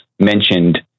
mentioned